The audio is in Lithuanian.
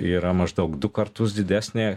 yra maždaug du kartus didesnė